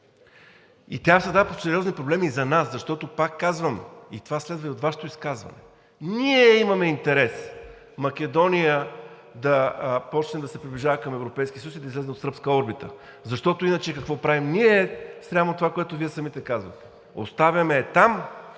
и тя създава сериозни проблеми и за нас, защото, пак казвам, това следва и от Вашето изказване. Ние имаме интерес Македония да почне да се приближава към Европейския съюз и да излезе от сръбска орбита, защото иначе какво правим ние спрямо това, което Вие самите казвате: оставяме я там,